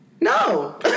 no